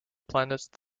planet